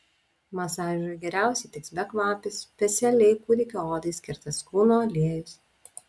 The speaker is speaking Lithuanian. masažui geriausiai tiks bekvapis specialiai kūdikio odai skirtas kūno aliejus